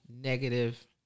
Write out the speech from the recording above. negative